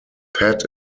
pat